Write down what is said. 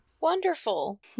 Wonderful